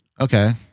okay